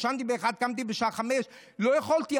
ישנתי ב-01:00 וקמתי בשעה 05:00, לא יכולתי.